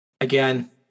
again